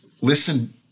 listen